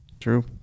true